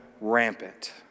rampant